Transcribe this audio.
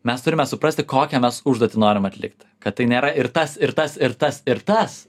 mes turime suprasti kokią mes užduotį norim atlikti kad tai nėra ir tas ir tas ir tas ir tas